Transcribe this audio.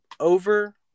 over